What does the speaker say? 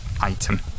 item